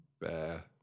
bear